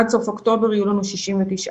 עד סוף אוקטובר יהיו לנו 69 מכשירים.